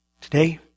today